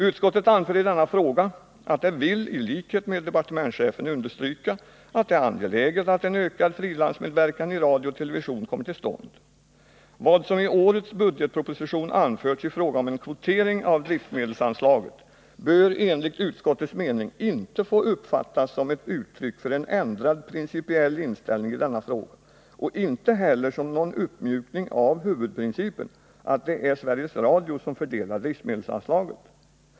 Utskottet anför i denna fråga att det vill i likhet med departementschefen understryka att det är angeläget att en ökad frilansmedverkan i radio och television kommer till stånd. Vad som i årets budgetproposition anförts i fråga om en kvotering av driftmedelsanslaget bör enligt utskottets mening inte få uppfattas som uttryck för en ändrad principiell inställning i denna fråga och inte heller som någon uppmjukning av huvudprincipen att det är Sveriges Radio som fördelar driftmedelsanslaget.